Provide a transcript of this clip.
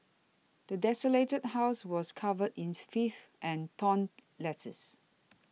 the desolated house was covered in filth and torn letters